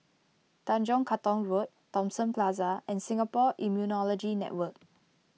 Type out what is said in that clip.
Tanjong Katong Road Thomson Plaza and Singapore Immunology Network